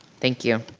thank you.